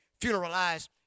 funeralized